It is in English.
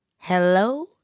Hello